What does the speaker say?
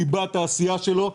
ליבת העשייה שלו.